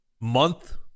Month